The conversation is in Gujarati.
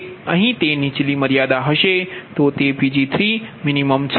અહીં તે નીચલી મર્યાદા હશે તો તેPg3min છે